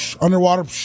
Underwater